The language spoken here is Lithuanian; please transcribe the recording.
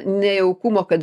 nejaukumo kad